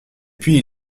puis